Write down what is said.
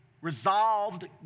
resolved